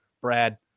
Brad